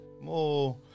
more